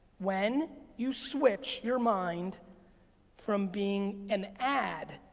when you switch your mind from being an ad